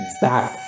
back